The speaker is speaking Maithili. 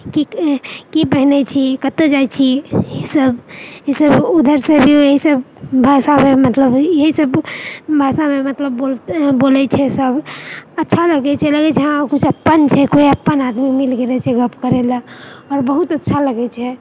की की पहिनए छी कतऽ जाइत छी ई सब ई सब उधर से भी ई सब भाषामे मतलब इएह सब भाषामे मतलब बोलै छै सब अच्छा लगै छै लगै छै हँ किछु अपन छै केओ अपन आदमी मिल गेल छै गप करै लऽ आओर बहुत अच्छा लगै छै